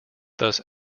thus